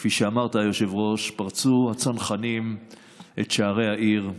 כפי שאמרת, היושב-ראש, פרצו הצנחנים את שערי העיר.